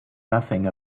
nothing